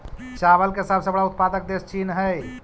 चावल के सबसे बड़ा उत्पादक देश चीन हइ